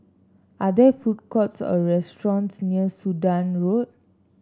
are there food courts or restaurants near Sudan Road